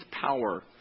power